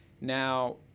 Now